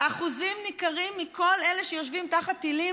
אחוזים ניכרים מכל אלה שיושבים תחת טילים